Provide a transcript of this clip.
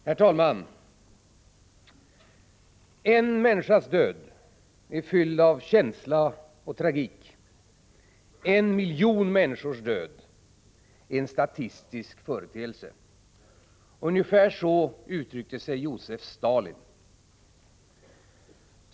Herr talman! En människas död är fylld av känsla och tragik. En miljon människors död är en statistisk företeelse. Ungefär så uttryckte sig Josef Stalin.